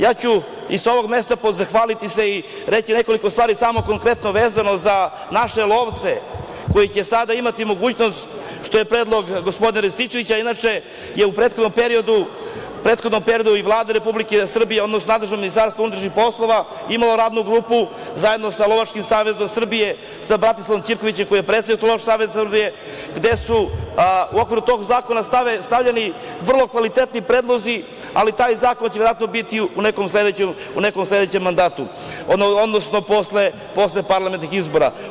Ja ću i sa ovog mesta zahvaliti se i reći nekoliko stvari konkretno vezano za naše lovce koji će sada imati mogućnost, što je predlog gospodina Rističevića, inače je u prethodnom periodu i Vlada Republike Srbije, odnosno nadležno Ministarstvo unutrašnjih poslova imalo radnu grupu zajedno sa Lovačkim savezom Srbije, sa Bratislavom Ćirkovićem, koji je predsednik Lovačkog saveza Srbije, gde su u okviru tog zakona stavljeni vrlo kvalitetni predlozi, ali taj zakon će verovatno biti u nekom sledećem mandatu, odnosno posle parlamentarnih izbora.